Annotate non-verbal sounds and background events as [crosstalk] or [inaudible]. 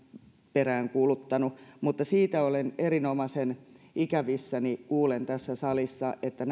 peräänkuuluttanut siitä olen erinomaisen ikävissäni kun kuulen tässä salissa että [unintelligible]